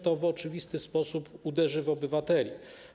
To w oczywisty sposób uderzy w obywateli.